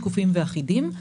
שקופים ואחידים.